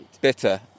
bitter